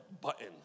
button